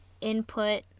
input